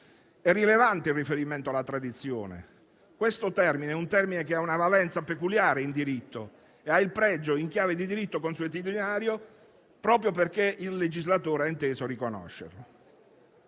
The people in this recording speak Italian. È rilevante il riferimento alla tradizione: questo è un termine che ha una valenza peculiare in diritto e ha un pregio in chiave di diritto consuetudinario, proprio perché il legislatore ha inteso riconoscerlo.